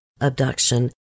abduction